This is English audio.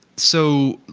so,